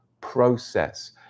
process